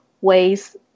ways